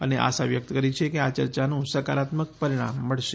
અને આશા વ્યકત કરી છે કે આ યર્યાનું સકારાત્મક પરિણામ મળશે